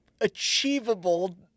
achievable